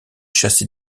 chassé